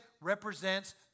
represents